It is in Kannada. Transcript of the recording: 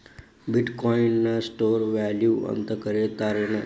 ಬಿಟ್ ಕಾಯಿನ್ ನ ಸ್ಟೋರ್ ವ್ಯಾಲ್ಯೂ ಅಂತ ಕರಿತಾರೆನ್